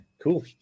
Cool